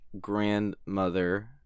grandmother